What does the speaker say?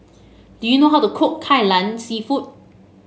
do you know how to cook Kai Lan seafood